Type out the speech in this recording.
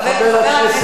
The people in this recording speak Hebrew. חבר הכנסת עפו אגבאריה,